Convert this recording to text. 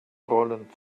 rollen